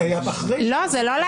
לא.